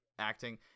acting